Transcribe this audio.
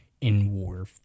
in-war